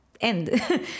end